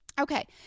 okay